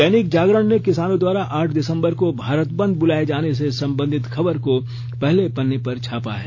दैनिक जागरण ने किसानों द्वारा आठ दिसंबर को भारत बंद बुलाए जाने से संबंधित खबर को पहले पन्ने पर छापा है